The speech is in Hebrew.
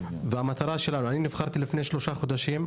אני נבחרתי לפני שלושה חודשים.